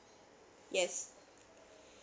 yes